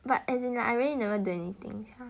but as in like I really never do anything